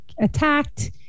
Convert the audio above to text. attacked